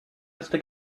just